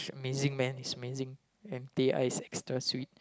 amazing man it's amazing and they ice extra sweet